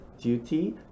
duty